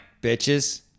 bitches